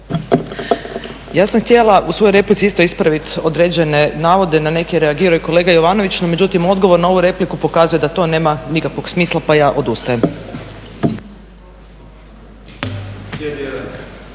Ja sam htjela u svojoj replici isto ispraviti određene navode na neke je reagirao kolega Jovanović no međutim odgovor na ovu repliku pokazuje da to nema nikakvog smisla pa ja odustajem.